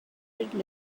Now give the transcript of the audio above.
reported